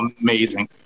amazing